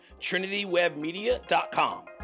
trinitywebmedia.com